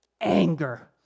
anger